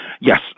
Yes